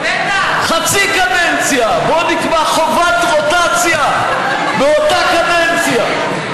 חצי קדנציה, בואו נקבע חובת רוטציה באותה קדנציה.